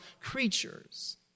creatures